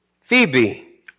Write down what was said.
Phoebe